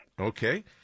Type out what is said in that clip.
Okay